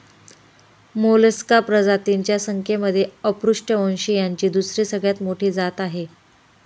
Mollusca प्रजातींच्या संख्येमध्ये अपृष्ठवंशीयांची दुसरी सगळ्यात मोठी जात आहे